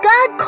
God